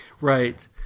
right